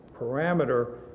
parameter